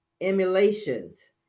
Emulations